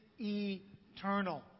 eternal